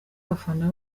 abafana